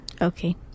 Okay